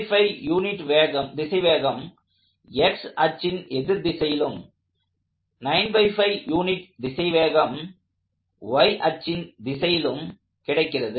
35 unit திசைவேகம் x அச்சின் எதிர் திசையிலும் 95 யூனிட் திசைவேகம் y அச்சின் திசையிலும் கிடைக்கிறது